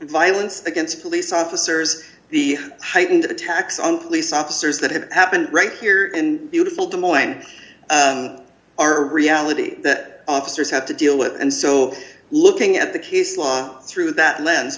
violence against police officers the heightened attacks on police officers that have happened right here in beautiful des moines are reality that officers have to deal with and so looking at the case law through that l